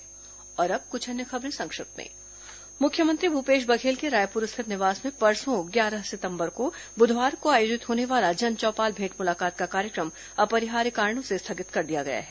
संक्षिप्त समाचार अब कुछ अन्य खबरें संक्षिप्त में मुख्यमंत्री भूपेश बघेल के रायपुर स्थित निवास में परसों ग्यारह सितंबर बुधवार को आयोजित होने वाला जनचौपाल भेंट मुलाकात का कार्यक्रम अपरिहार्य कारणों से स्थगित कर दिया गया है